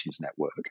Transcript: network